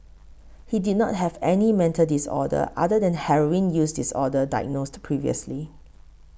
he did not have any mental disorder other than Heroin use disorder diagnosed previously